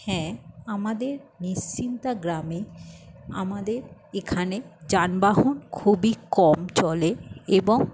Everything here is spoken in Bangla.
হ্যাঁ আমাদের নিশ্চিন্তা গ্রামে আমাদের এখানে যানবাহন খুবই কম চলে এবং